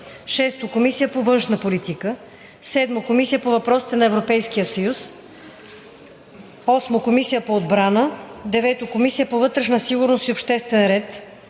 6. Комисия по външна политика; 7. Комисия по въпросите на Европейския съюз; 8. Комисия по отбрана; 9. Комисия по вътрешна сигурност и обществен ред;